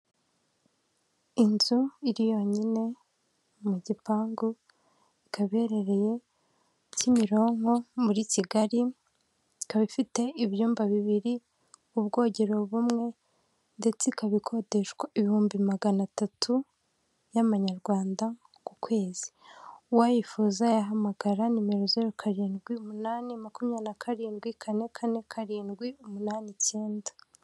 Inzu iri yonyine mu gipangu ikamba ihereye Kimironko muri Kigali ikaba ifite ibyumba bibiri, ubwogero bumwe ndetse ikaba ikodeshwa ibihumbi magana atatu y'amanyarwanda ku kwezi uwayifuza yahamagara nimero zeru karindwi umunani, makumyabiri na karindwi kane, kane karindwi, umunani icyenda.